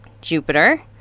Jupiter